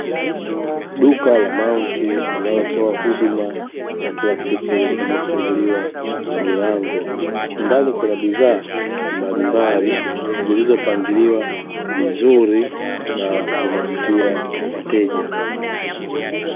Duka la "Mount" linalotoa huduma za kila siku limefunguliwa milango. Ndani kuna bidhaa mbalimbali zilizopangiliwa vizuri na zinavutia wateja.